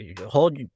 hold